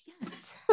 yes